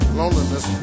loneliness